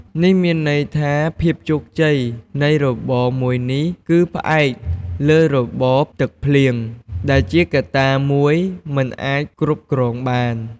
នេះមានន័យថា ភាពជោគជ័យនៃរបរមួយនេះគឺផ្អែកលើរបបទឹកភ្លៀង ដែលជាកត្តាមួយមិនអាចគ្រប់គ្រងបាន។